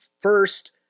first